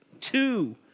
Two